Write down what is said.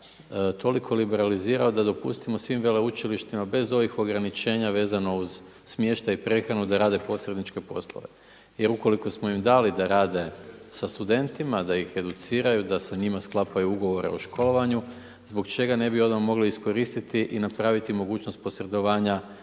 toliko liberalizira da dopustimo svim veleučilišta bez ovih ograničenja vezano uz smještaj i prehranu, da rade posredničke poslove? Jer ukoliko smo im dali da rade sa studentima, da ih educiraju, da sa njima sklapaju ugovore o školovanju, zbog čega ne bi onda mogli iskoristiti i napraviti mogućnost posredovanja